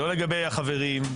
לא לגבי החברים.